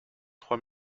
trois